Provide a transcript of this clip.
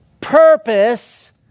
Purpose